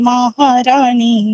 Maharani